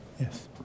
Yes